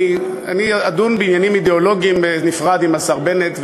אני אדון בעניינים אידאולוגיים בנפרד עם השר בנט,